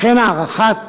לכן, הארכת